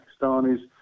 Pakistanis